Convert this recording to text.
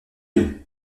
deux